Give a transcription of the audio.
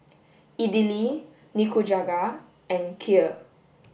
Idili Nikujaga and Kheer